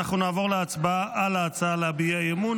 אנחנו נעבור להצבעה על ההצעה להביע אי-אמון